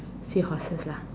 seahorses law